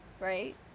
right